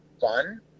fun